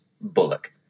Bullock